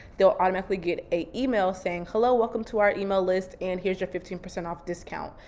they'll automatically get a email saying, hello, welcome to our email list. and here's your fifteen percent off discount.